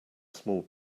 small